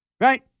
Right